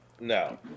No